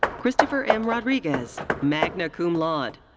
christopher m. rodriguez, magna cum laude.